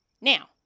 now